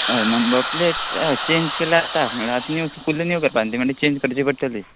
अय number plate अय change केल्या आता म्हळ्या आत न्यू फुल्ल न्यू करपा न्ही ती म्हळ्यार चेंज करची पडटली